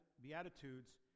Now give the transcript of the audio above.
beatitudes